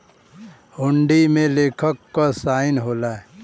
हुंडी में लेखक क साइन होला